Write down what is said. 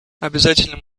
обязательным